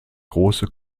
große